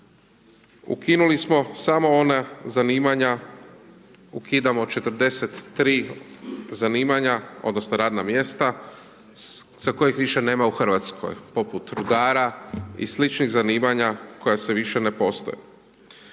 Ukinuli smo samo ona zanimanja, ukidamo 43 zanimanja, odnosno, radna mjesta, za kojih više nema u Hrvatskoj, poput rudara i sličnih zanima koja više ne postoji.